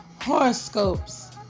horoscopes